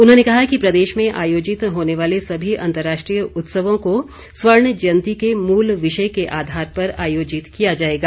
उन्होंने कहा कि प्रदेश में आयोजित होने वाले सभी अंतर्राष्ट्रीय उत्सवों को स्वर्ण जयंती के मूल विषय के आधार पर आयोजित किया जाएगा